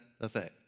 effect